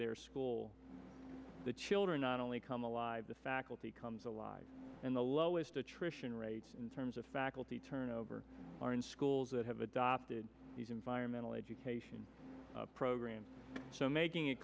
their school the children not only come alive the faculty comes alive and the lowest attrition rates in terms of faculty turnover are in schools that have adopted these environmental education programs so making it